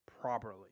properly